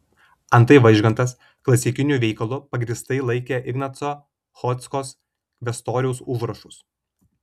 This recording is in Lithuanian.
antai vaižgantas klasikiniu veikalu pagrįstai laikė ignaco chodzkos kvestoriaus užrašus